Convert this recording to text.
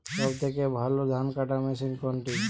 সবথেকে ভালো ধানকাটা মেশিন কোনটি?